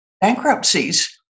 bankruptcies